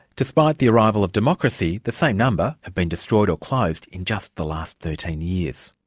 despite the arrival of democracy, the same number have been destroyed or closed in just the last thirteen years.